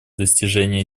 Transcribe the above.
достижения